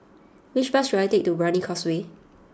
which bus should I take to Brani Causeway